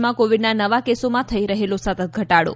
દેશમાં કોવિડના નવા કેસોમાં થઇ રહેલો સતત ઘટાડો